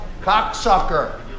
cocksucker